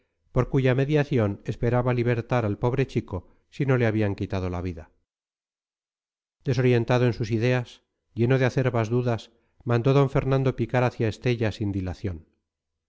por cuya mediación esperaba libertar al pobre chico si no le habían quitado la vida desorientado en sus ideas lleno de acerbas dudas mandó d fernando picar hacia estella sin dilación